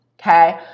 Okay